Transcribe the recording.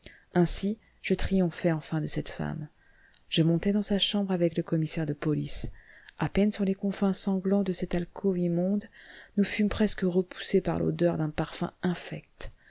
ainsi je triomphais enfin de cette femme je montai dans sa chambre avec le commissaire de police à peine sur les confins sanglants de cette alcôve immonde nous fûmes presque repoussés par l'odeur d'un parfum infect